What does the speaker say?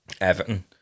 Everton